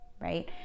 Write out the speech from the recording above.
right